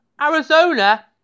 Arizona